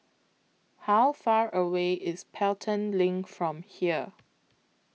How Far away IS Pelton LINK from here